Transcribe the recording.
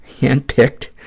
handpicked